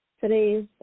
today's